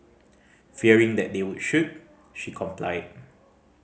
fearing that they would shoot she complied